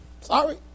Sorry